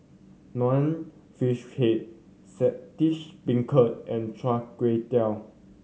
Nonya Fish Head Saltish Beancurd and chai kuay